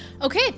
Okay